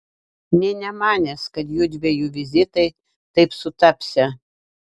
nė nemanęs kad jųdviejų vizitai taip sutapsią